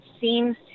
seems